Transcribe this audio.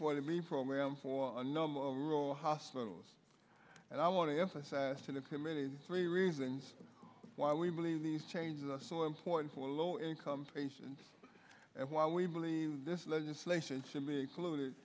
for the me program for a normal rural hospitals and i want to emphasize to the committee three reasons why we believe these changes are so important for low income patients and why we believe this legislation should be included